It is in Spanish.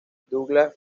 douglas